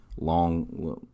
long